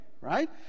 right